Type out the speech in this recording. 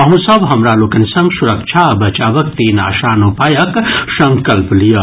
अहूँ सभ हमरा लोकनि संग सुरक्षा आ बचावक तीन आसान उपायक संकल्प लियऽ